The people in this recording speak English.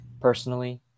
personally